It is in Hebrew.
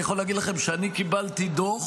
אני יכול להגיד לכם שאני קיבלתי דוח